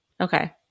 Okay